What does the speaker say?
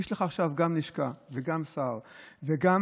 יש לך עכשיו גם לשכה וגם שר וגם